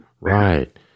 right